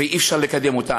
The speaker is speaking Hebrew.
ואי-אפשר לקדם אותה.